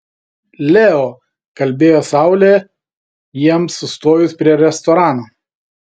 leo kalbėjo saulė jiems sustojus prie restorano